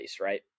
right